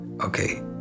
Okay